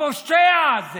הפושע הזה